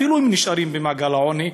אפילו אם הם נשארים במעגל העוני,